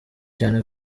cyane